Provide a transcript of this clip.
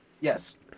Yes